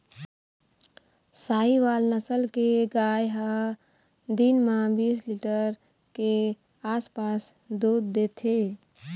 साहीवाल नसल के गाय ह दिन म बीस लीटर के आसपास दूद देथे